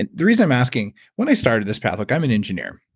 and the reason i'm asking, when i started this path. look, i'm an engineer.